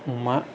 अमा